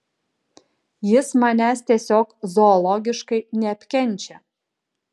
jis manęs tiesiog zoologiškai neapkenčia